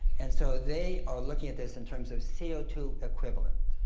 and so, they are looking at this in terms of c o two equivalent,